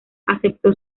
aceptó